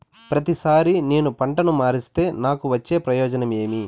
ప్రతిసారి నేను పంటను మారిస్తే నాకు వచ్చే ప్రయోజనం ఏమి?